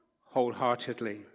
wholeheartedly